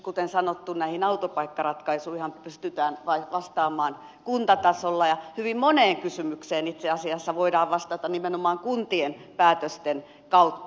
kuten sanottu näihin autopaikkaratkaisuihinhan pystytään vastaamaan kuntatasolla ja hyvin moneen kysymykseen itse asiassa voidaan vastata nimenomaan kuntien päätösten kautta